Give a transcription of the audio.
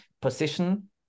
position